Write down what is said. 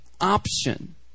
option